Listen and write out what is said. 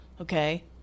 Okay